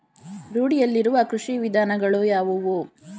ರೂಢಿಯಲ್ಲಿರುವ ಕೃಷಿ ವಿಧಾನಗಳು ಯಾವುವು?